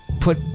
put